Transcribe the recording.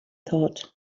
thought